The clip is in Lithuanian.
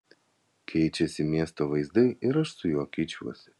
keičiasi miesto vaizdai ir aš su juo keičiuosi